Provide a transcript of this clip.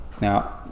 Now